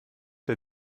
der